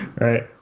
Right